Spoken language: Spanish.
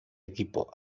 equipo